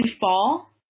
fall